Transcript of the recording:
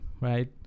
right